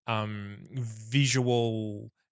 visual